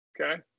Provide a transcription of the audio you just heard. Okay